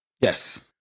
Yes